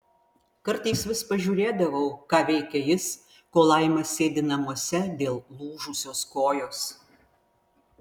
kartais vis pažiūrėdavau ką veikia jis kol laima sėdi namuose dėl lūžusios kojos